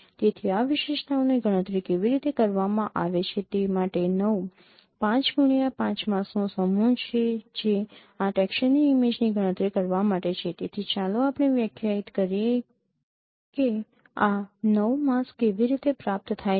તેથી આ વિશેષતાઓની ગણતરી કેવી રીતે કરવામાં આવે છે તે માટે ૯ 5x5 માસ્કનો સમૂહ છે જે આ ટેક્સચરની ઇમેજની ગણતરી કરવા માટે છે તેથી ચાલો આપણે વ્યાખ્યાયિત કરીએ કે આ ૯ માસ્ક કેવી રીતે પ્રાપ્ત થાય છે